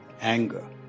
anger